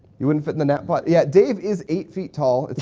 you wouldn't fit in the nap pod. yeah, dave is eight feet tall. it's